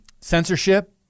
censorship